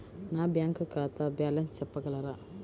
నా బ్యాంక్ ఖాతా బ్యాలెన్స్ చెప్పగలరా?